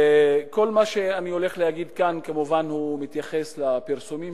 כל מה שאני הולך להגיד כאן כמובן מתייחס לפרסומים